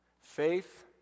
Faith